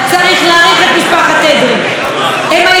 הם היחידים שהשקיעו בקולנוע הישראלי,